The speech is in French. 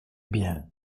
bien